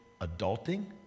adulting